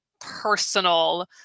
personal